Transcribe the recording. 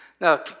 Now